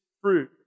fruit